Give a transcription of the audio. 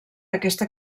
aquesta